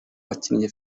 wakinnye